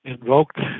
Invoked